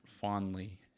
fondly